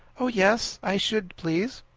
oh, yes! i should, please.